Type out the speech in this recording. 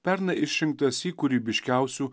pernai išrinktas į kūrybiškiausių